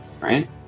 Right